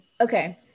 Okay